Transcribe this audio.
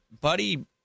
Buddy